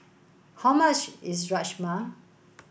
how much is Rajma